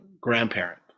grandparent